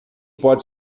pode